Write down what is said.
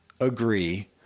agree